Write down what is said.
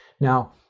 Now